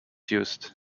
used